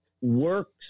works